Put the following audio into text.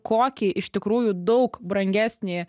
kokį iš tikrųjų daug brangesnį